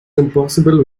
impossible